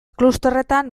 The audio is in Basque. klusterretan